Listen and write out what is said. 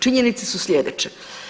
Činjenice su sljedeće.